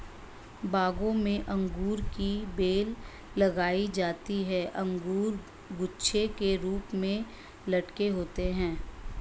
बागों में अंगूर की बेल लगाई जाती है अंगूर गुच्छे के रूप में लटके होते हैं